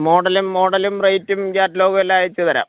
മോഡലും മോഡലും റൈറ്റും ക്യാറ്റ്ലോഗും എല്ലാം അയച്ചു തരാം